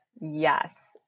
Yes